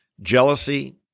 jealousy